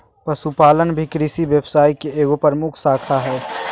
पशुपालन भी कृषि व्यवसाय के एगो प्रमुख शाखा हइ